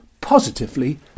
positively